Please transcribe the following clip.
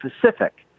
pacific